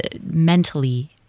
mentally